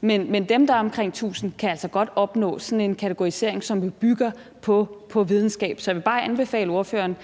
Men dem, der er omkring 1.000 ha, kan altså godt opnå sådan en kategorisering, som jo bygger på videnskab. Så jeg vil bare anbefale ordføreren,